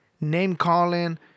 name-calling